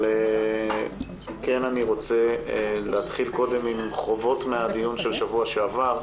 אבל אני רוצה להתחיל עם חובות מהדיון של שבוע שעבר.